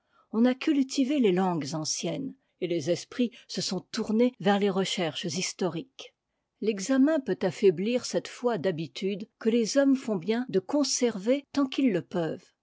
on a cultivé les langues anciennes et les esprits se sont tournés vers les recherches historiques l'examen peut affaiblir cette foi d'habitude que les hommes font bien de conserver tant qu'ils le peuvent